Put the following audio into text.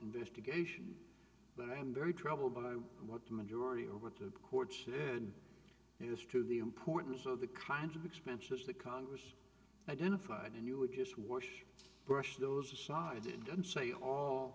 investigation but i'm very troubled by what the majority over at the court said is true the importance of the kinds of expenses that congress identified and you would just work brush those aside and say all